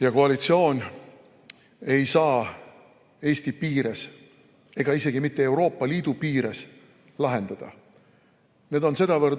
ja koalitsioon ei saa Eesti piires ega isegi mitte Euroopa Liidu piires lahendada. Need on nii